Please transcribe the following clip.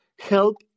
help